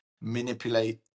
manipulate